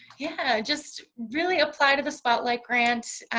yeah, just really apply to the spotlight grant,